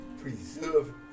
preserve